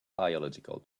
biological